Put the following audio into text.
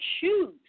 choose